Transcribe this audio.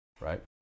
Right